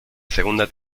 segunda